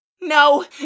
No